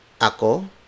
ako